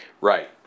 Right